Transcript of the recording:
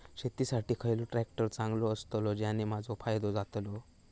शेती साठी खयचो ट्रॅक्टर चांगलो अस्तलो ज्याने माजो फायदो जातलो?